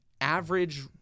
average